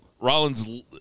Rollins